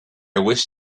wish